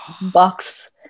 box